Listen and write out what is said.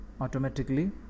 automatically